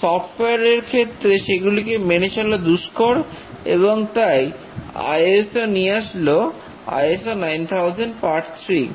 software এর ক্ষেত্রে সেগুলিকে মেনে চলা দুষ্কর এবং তাই ISO নিয়ে আসলো ISO 9000 part 3